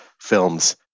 films